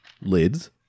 lids